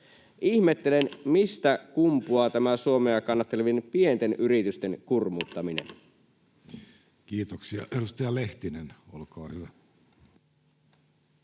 Ihmettelen, mistä kumpuaa tämä Suomea kannattelevien pienten yritysten kurmuuttaminen. Kiitoksia. — Edustaja Lehtinen, olkaa hyvä.